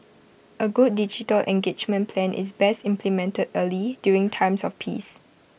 A good digital engagement plan is best implemented early during times of peace